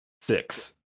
Six